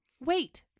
Wait